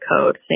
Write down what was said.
code